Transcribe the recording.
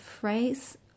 phrase